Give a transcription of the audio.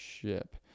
ship